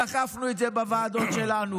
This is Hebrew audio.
דחפנו את זה בוועדות שלנו.